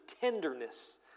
tenderness